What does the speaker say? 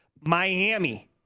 Miami